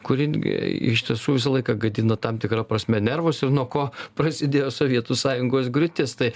kuri gi iš tiesų visą laiką gadina tam tikra prasme nervus ir nuo ko prasidėjo sovietų sąjungos griūtis tai